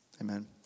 Amen